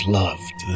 loved